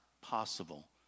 possible